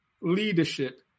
leadership